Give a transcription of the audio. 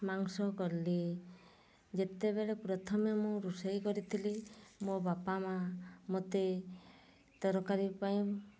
ମାଉଁସ କଲି ଯେତେବେଳେ ପ୍ରଥମେ ମୁଁ ରୋଷେଇ କରିଥିଲି ମୋ ବାପା ମା' ମୋତେ ତରକାରୀ ପାଇଁ